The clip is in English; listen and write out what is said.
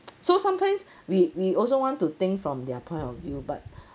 so sometimes we we also want to think from their point of view but